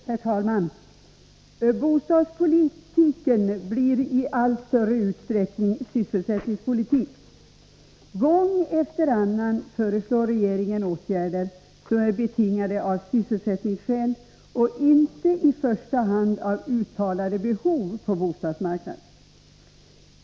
Herr talman! Bostadspolitiken blir i allt större utsträckning sysselsättningspolitik. Gång efter annan föreslår regeringen härvidlag åtgärder som är betingade av sysselsättningsskäl och inte i första hand av uttalade behov på bostadsmarknaden.